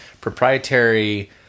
proprietary